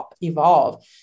evolve